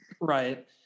right